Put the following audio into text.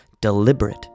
deliberate